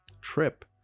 trip